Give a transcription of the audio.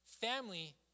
Family